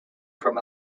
from